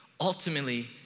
Ultimately